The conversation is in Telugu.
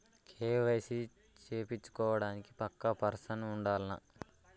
కే.వై.సీ చేపిచ్చుకోవడానికి పక్కా పర్సన్ ఉండాల్నా?